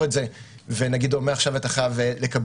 את זה ונגיד לו: מעכשיו אתה חייב לקבל